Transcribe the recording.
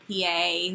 PA